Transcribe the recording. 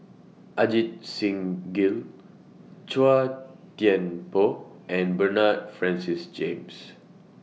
Ajit Singh Gill Chua Thian Poh and Bernard Francis James